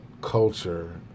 culture